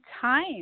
time